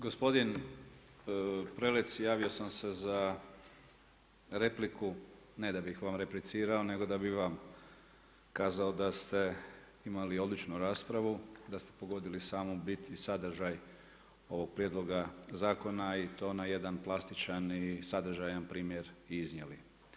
Gospodin Prelec javio sam se za repliku ne da bih vam replicirao, nego da bi vam kazao da ste imali odličnu raspravu i da ste pogodili samu bit i sadržaj ovog prijedloga zakona i to na jedan plastičan i sadržajan primjer iznijeli.